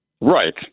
right